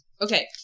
Okay